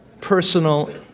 personal